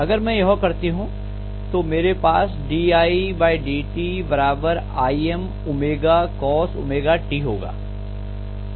अगर मैं यह करती हूं तो मेरे पास didt Im cos t होगा